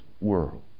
world